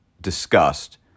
discussed